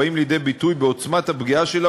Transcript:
הבאים לידי ביטוי בעוצמת הפגיעה שלה